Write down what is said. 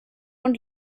und